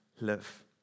live